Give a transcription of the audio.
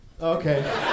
Okay